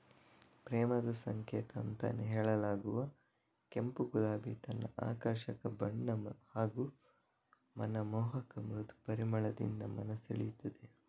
ಪ್ರೇಮದ ಸಂಕೇತ ಅಂತಾನೇ ಹೇಳಲಾಗುವ ಕೆಂಪು ಗುಲಾಬಿ ತನ್ನ ಆಕರ್ಷಕ ಬಣ್ಣ ಹಾಗೂ ಮನಮೋಹಕ ಮೃದು ಪರಿಮಳದಿಂದ ಮನ ಸೆಳೀತದೆ